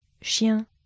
Chien